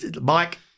Mike